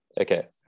Okay